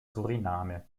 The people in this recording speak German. suriname